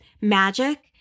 magic